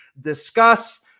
discuss